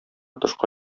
тышка